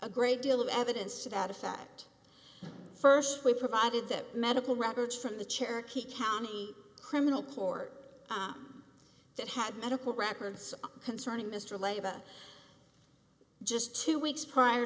a great deal of evidence to that effect st we provided the medical records from the cherokee county criminal court that had medical records concerning mr lay about just two weeks prior